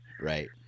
Right